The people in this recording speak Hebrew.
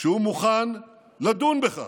שהוא מוכן לדון בכך,